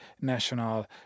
national